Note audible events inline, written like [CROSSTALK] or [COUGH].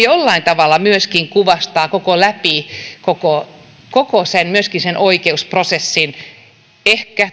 [UNINTELLIGIBLE] jollain tavalla myöskin kuvastaa koko koko sitä oikeusprosessia ehkä